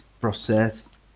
process